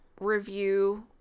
review